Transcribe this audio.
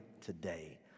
today